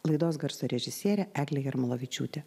laidos garso režisierė eglė jarmolavičiūtė